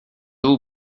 vous